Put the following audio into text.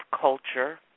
culture